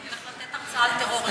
הולך לתת הרצאה על טרור,